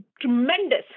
tremendous